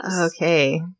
Okay